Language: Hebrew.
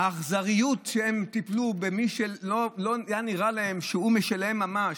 האכזריות שהם טיפלו במי שלא היה נראה להם שהוא משלהם ממש,